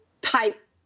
type